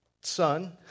son